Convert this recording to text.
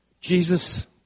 Jesus